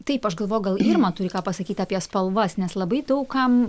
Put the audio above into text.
taip aš galvoju gal irma turi ką pasakyt apie spalvas nes labai daug kam